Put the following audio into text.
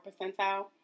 percentile